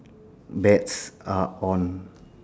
bets are on